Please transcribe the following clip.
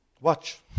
Watch